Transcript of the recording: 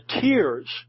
tears